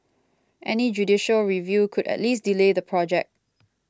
any judicial review could at least delay the project